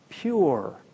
Pure